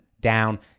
down